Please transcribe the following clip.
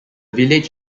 village